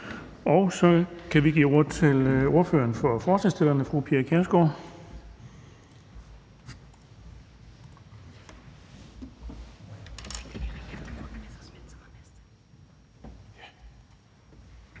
Så kan vi give ordet til ordføreren for forslagsstillerne, fru Pia Kjærsgaard.